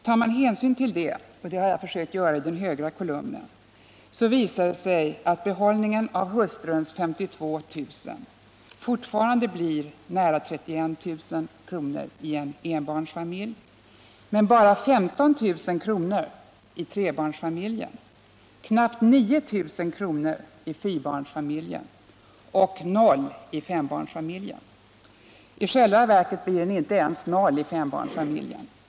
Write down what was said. Tar man hänsyn till det, visar det sig att behållningen av hustruns 52 000 kr. fortfarande blir nära 31000 kr. i enbarnsfamiljen men bara 15 000 i trebarnsfamiljen, knappt 9 000 i fyrabarnsfamiljen och noll i fembarnsfamiljen. I själva verket blir den inte ens noll i fembarnsfamiljen.